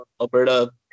Alberta